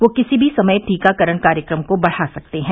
वे किसी भी समय टीकाकरण कार्यक्रम को बढ़ा सकते हैं